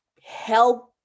help